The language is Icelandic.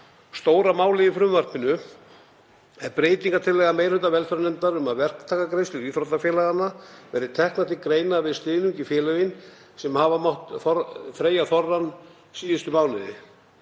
Stóra málið í frumvarpinu er breytingartillaga meiri hluta velferðarnefndar um að verktakagreiðslur íþróttafélaganna verði teknar til greina við stuðning við félögin sem hafa mátt þreyja þorrann síðustu mánuði.